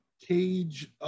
cage